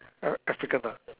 uh African ah